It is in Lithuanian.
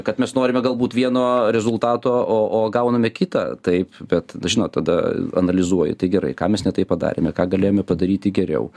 kad mes norime galbūt vieno rezultato o o gauname kitą taip bet žinot tada analizuoji tai gerai ką mes ne taip padarėme ką galėjome padaryti geriau